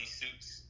suits